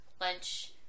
lunch